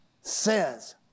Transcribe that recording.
says